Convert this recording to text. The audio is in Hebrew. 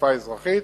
התעופה האזרחית